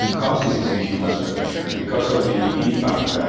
and cause disease in humans but because of the impact,